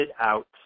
out